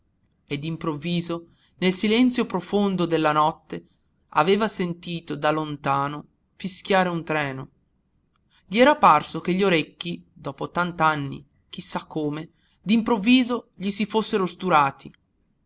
e d'improvviso nel silenzio profondo della notte aveva sentito da lontano fischiare un treno gli era parso che gli orecchi dopo tant'anni chi sa come d'improvviso gli si fossero sturati